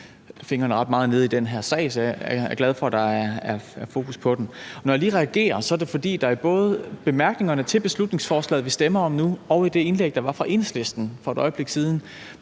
fingrene meget nede i den her sag, så jeg er glad for, at der er fokus på den. Når jeg lige reagerer, er det, fordi det både i bemærkningerne til beslutningsforslaget, som vi stemmer om nu, og i det indlæg, der var fra Enhedslistens side for et øjeblik siden,